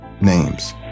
names